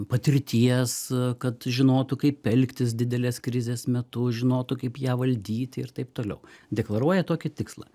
patirties kad žinotų kaip elgtis didelės krizės metu žinotų kaip ją valdyti ir taip toliau deklaruoja tokį tikslą